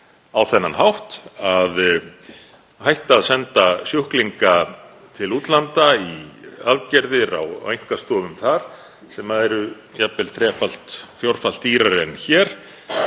á þann hátt að hætta að senda sjúklinga til útlanda í aðgerðir á einkastofum þar, sem eru jafnvel þrefalt, fjórfalt dýrari en hér?